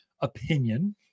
opinion